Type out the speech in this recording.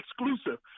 exclusive